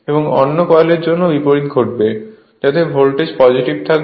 এবং অন্য কয়েলের জন্য বিপরীত ঘটবে যাতে ভোল্টেজ পজিটিভ থাকবে